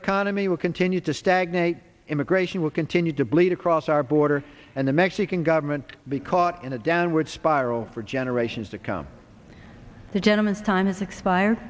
economy will continue to stagnate immigration will continue to bleed across our border and the mexico government be caught in a downward spiral for generations to come the gentleman's time has expire